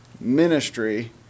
ministry